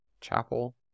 chapel